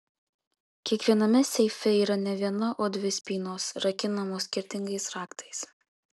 kiekviename seife yra ne viena o dvi spynos rakinamos skirtingais raktais